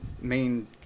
main